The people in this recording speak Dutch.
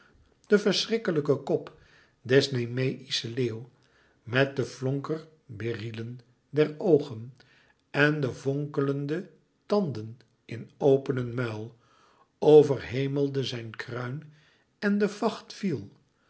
de verschrikkelijke kop des nemeïschen leeuws met de flonkerberyllen der oogen en de vonkelende tanden in openen muil overhelmde zijn kruin en de vacht viel